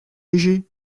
légers